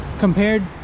Compared